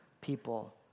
people